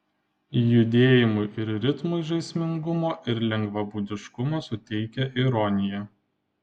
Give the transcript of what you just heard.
judėjimui ir ritmui žaismingumo ir lengvabūdiškumo suteikia ironija